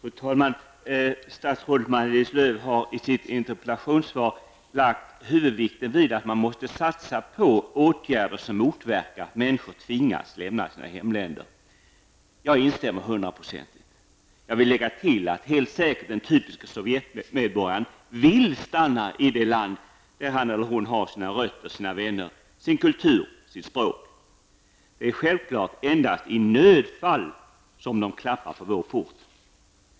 Fru talman! Statsrådet Maj-Lis Lööw har i sitt interpellationssvar lagt huvudvikten vid att man måste satsa på åtgärder som motverkar att människor tvingas lämna sina hemländer. Jag instämmer till 100 %. Jag vill tillägga att den typiske sovjetmedborgaren helt säkert vill stanna i det land där hon eller han har sina rötter, sina vänner, sin kultur och sitt språk. Det är självfallet endast i nödfall som de knackar på vår port.